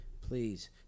Please